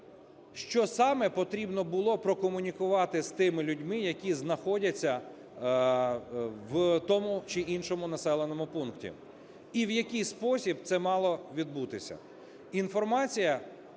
що саме потрібно було прокомунікувати з тими людьми, які знаходяться в тому чи іншому населеному пункті, і в який спосіб це мало відбутися.